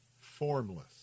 formless